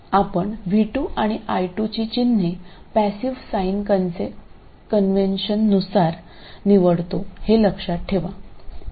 आपण v2 आणि i2ची चिन्हे पॅसिव साईंन कन्व्हेन्शननुसार निवडतो हे लक्षात ठेवा